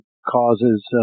causes